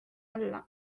alla